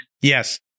Yes